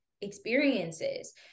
experiences